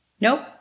nope